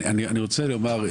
אני רוצה לומר,